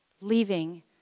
leaving